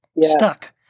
stuck